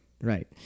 Right